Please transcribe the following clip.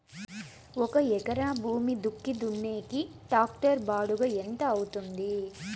ఒక ఎకరా భూమి దుక్కి దున్నేకి టాక్టర్ బాడుగ ఎంత అవుతుంది?